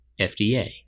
FDA